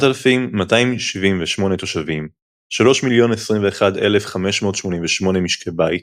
8,008,278 תושבים, 3,021,588 משקי בית